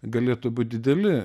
galėtų būt dideli